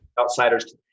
outsiders